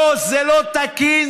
לא, זה לא תקין.